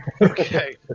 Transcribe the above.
Okay